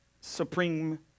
supreme